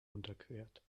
unterquert